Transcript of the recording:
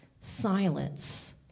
silence